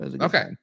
Okay